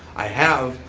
i have,